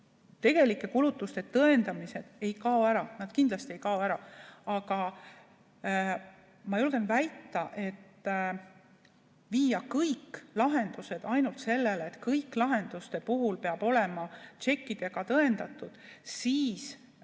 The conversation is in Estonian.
tegelike kulutuste tõendamised ei kao ära, need kindlasti ei kao ära. Aga ma julgen väita, et kui viia kõik lahendused ainult sellele, et kõik peab olema tšekkidega tõendatud, siis